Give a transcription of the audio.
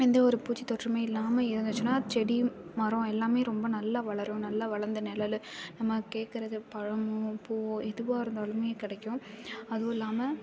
எந்த ஒரு பூச்சி தொற்றும் இல்லாமல் இருந்துச்சுன்னா அது செடி மரம் எல்லாம் ரொம்ப நல்லா வளரும் நல்லா வளர்ந்து நிழலு நம்ம கேட்குறது பழமும் பூவோ எதுவாகருந்தாலுமே கிடைக்கும் அதுவும் இல்லாமல்